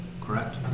correct